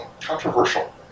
controversial